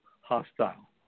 hostile